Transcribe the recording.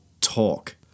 talk